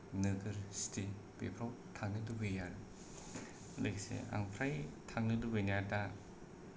नोगोर सिटि बेफोराव थांनो लुबैयो आरो लोगोसे आं फ्राय थांनो लुबैनाया दा